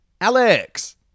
Alex